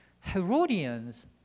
herodians